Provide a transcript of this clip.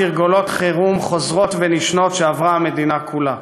תרגולות חירום חוזרות ונשנות שעברה המדינה כולה.